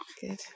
Good